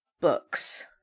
books